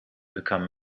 become